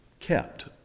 kept